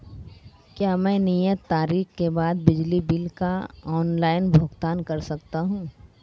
क्या मैं नियत तारीख के बाद बिजली बिल का ऑनलाइन भुगतान कर सकता हूं?